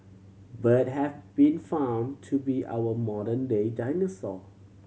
bird have been found to be our modern day dinosaur